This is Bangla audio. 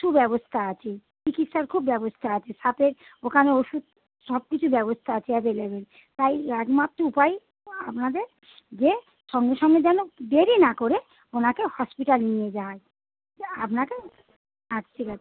সুব্যবস্তা আছে চিকিৎসার খুব ব্যবস্থা আছে সাথে ওখানে ওষুধ সব কিছু ব্যবস্থা আছে এবেলেবেল তাই একমাত্র উপায় আপনাদের যে সঙ্গে সঙ্গে যেন দেরি না করে ওনাকে হসপিটাল নিয়ে যাওয়া হয় চা আপনাকে আচ্ছা ঠিক আছে